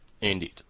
Indeed